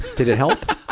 did it help?